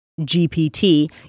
gpt